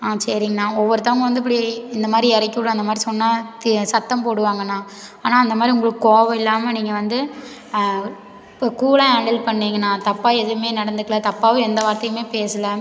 ஆ சரிங்ண்ணா ஒவ்வொருத்தவங்க வந்து இப்படி இந்த மாதிரி எறக்கிவிட அந்த மாதிரி சொன்னால் சத்தம் போடுவாங்கண்ணா ஆனால் அந்தமாதிரி உங்குளுக்கு கோவம் இல்லாமல் நீங்கள் வந்து இப்போ கூலாக ஹாண்டில் பண்ணிங்கண்ணா தப்பாக எதுவுமே நடந்துக்கலை தப்பாகவும் எந்த வார்த்தையுமே பேசல